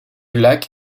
lac